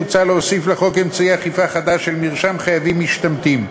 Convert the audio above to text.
מוצע להוסיף לחוק אמצעי אכיפה חדש של מרשם חייבים משתמטים.